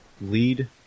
lead